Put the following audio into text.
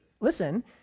listen